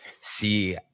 see